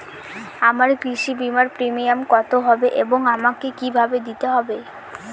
আমার কৃষি বিমার প্রিমিয়াম কত হবে এবং আমাকে কি ভাবে দিতে হবে?